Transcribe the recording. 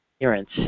appearance